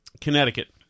Connecticut